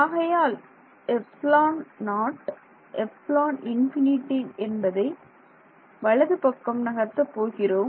ஆகையால் ε0ε∞ என்பதை வலது பக்கம் நகர்த்த போகிறோம்